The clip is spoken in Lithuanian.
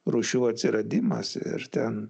rūšių atsiradimas ir ten